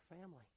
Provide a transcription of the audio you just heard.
family